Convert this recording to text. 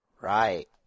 Right